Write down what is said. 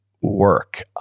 work